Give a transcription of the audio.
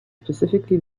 specifically